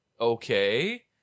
okay